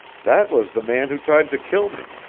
that was the man who tried to kill me.